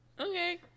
Okay